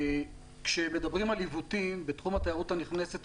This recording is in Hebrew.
כשמדברים על עיוותים בתחום התיירות הנכנסת,